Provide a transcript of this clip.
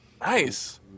Nice